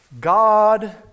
God